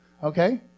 Okay